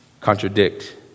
contradict